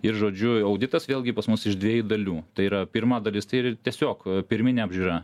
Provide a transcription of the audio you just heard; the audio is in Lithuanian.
ir žodžiu auditas vėlgi pas mus iš dviejų dalių tai yra pirma dalis tai tiesiog pirminė apžiūra